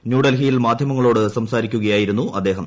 ന്യൂഡൽഹിയിൽ മാധ്യമങ്ങളോട് സംസാരിക്കുകയായിരുന്നു അദ്ദേഹം